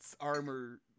armor